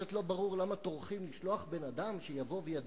אחרת לא ברור למה טורחים לשלוח בן-אדם שיבוא וידביק.